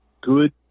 good